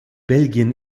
belgien